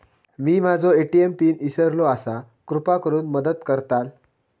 मी माझो ATM PIN इसरलो आसा कृपा करुन मदत करताल